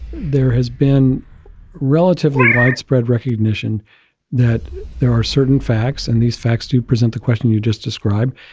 there has been relatively widespread recognition that there are certain facts and these facts to present the question you just described.